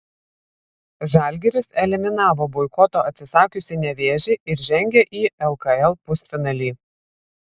žalgiris eliminavo boikoto atsisakiusį nevėžį ir žengė į lkl pusfinalį